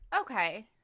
Okay